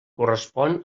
correspon